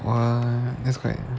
what that's quite